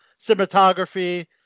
cinematography